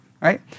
right